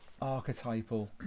archetypal